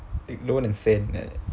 lower than sand uh